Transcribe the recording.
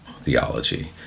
theology